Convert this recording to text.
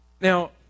Now